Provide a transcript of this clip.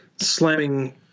slamming